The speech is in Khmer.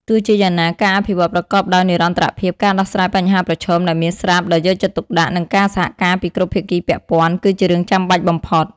ទោះជាយ៉ាងណា ការអភិវឌ្ឍប្រកបដោយនិរន្តរភាព ការដោះស្រាយបញ្ហាប្រឈមដែលមានស្រាប់ដោយយកចិត្តទុកដាក់ និងការសហការពីគ្រប់ភាគីពាក់ព័ន្ធ គឺជារឿងចាំបាច់បំផុត។